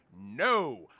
No